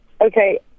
okay